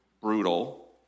brutal